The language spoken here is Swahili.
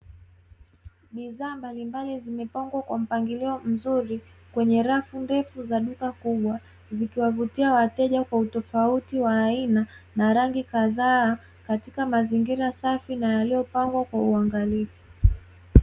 Bidhaa mbalimbali zimepangwa kwa mpangilio mzuri kwenye rafu ndefu za duka kubwa zikiwavutia wateja kwa utofauti wa aina na rangi kadhaa katika mazingira safi na yaliyopangwa kwa uangalizi.